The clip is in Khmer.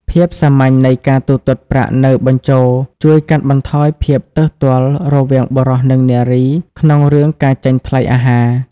ភាពសាមញ្ញនៃការទូទាត់ប្រាក់នៅបញ្ជរ ជួយកាត់បន្ថយភាពទើសទាល់រវាងបុរសនិងនារីក្នុងរឿងការចេញថ្លៃអាហារ